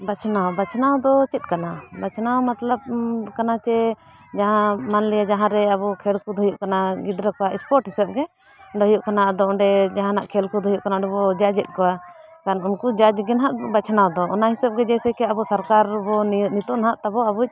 ᱵᱟᱪᱷᱱᱟᱣ ᱵᱟᱪᱷᱱᱟᱣ ᱫᱚ ᱪᱮᱫ ᱠᱟᱱᱟ ᱵᱟᱪᱷᱱᱟᱣ ᱢᱚᱛᱞᱚᱵ ᱠᱟᱱᱟ ᱪᱮ ᱡᱟᱦᱟᱸ ᱢᱟᱱᱞᱤᱭᱟ ᱡᱟᱦᱟᱸ ᱨᱮ ᱟᱵᱚ ᱠᱷᱮᱞ ᱠᱩᱫᱽ ᱦᱩᱭᱩᱜ ᱠᱟᱱᱟ ᱜᱤᱫᱽᱨᱟᱹ ᱠᱚᱣᱟᱜ ᱥᱯᱳᱨᱴ ᱦᱤᱥᱟᱹᱵ ᱜᱮ ᱦᱩᱭᱩᱜ ᱠᱟᱱᱟ ᱟᱫᱚ ᱚᱸᱰᱮ ᱡᱟᱦᱟᱱᱟᱜ ᱠᱷᱮᱞ ᱠᱩᱫᱽ ᱦᱩᱭᱩᱜ ᱠᱟᱱᱟ ᱚᱸᱰᱮ ᱵᱚ ᱡᱟᱡᱮᱫ ᱠᱚᱣᱟ ᱠᱟᱨᱚᱱ ᱩᱱᱠᱩ ᱡᱟᱡᱽ ᱜᱮ ᱱᱟᱦᱟᱜ ᱵᱟᱪᱷᱱᱟᱣ ᱫᱚ ᱚᱱᱟ ᱦᱤᱥᱟᱹᱵ ᱜᱮ ᱡᱮᱥᱮᱠᱮ ᱟᱵᱚ ᱥᱚᱨᱠᱟᱨ ᱵᱚ ᱱᱤᱭᱟᱹ ᱱᱤᱛᱚᱜ ᱱᱟᱦᱟᱜ ᱛᱟᱵᱚ ᱟᱵᱚ